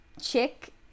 chick